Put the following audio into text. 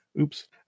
Oops